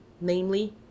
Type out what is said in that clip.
namely